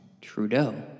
Trudeau